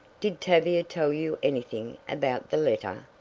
did tavia tell you anything about the letter?